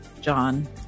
John